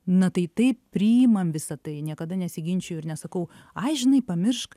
na tai taip priimam visa tai niekada nesiginčiju ir nesakau ai žinai pamiršk